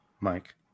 Mike